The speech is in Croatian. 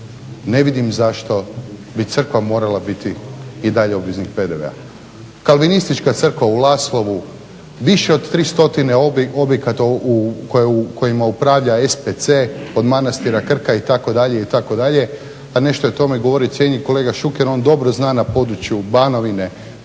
ne vidim zašto bi crkva morala biti i dalje obveznik PDV-a. Kalvinistička crkva u Laslovu, više od 300 objekata kojima upravlja SPC od manastira Krka itd., itd.. a nešto je o tome govorio i cijenjeni kolega Šuker, on dobro zna na području Banovine,